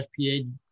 FPA